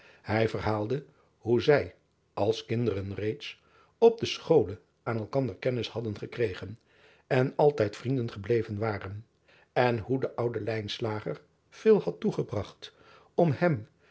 ij verhaalde hoe zij als kinderen reeds op de schole aan elkander kennis hadden gekregen en altijd vrienden gebleven waren en hoe de oude veel driaan oosjes zn et leven